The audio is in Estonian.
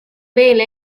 veelgi